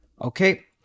Okay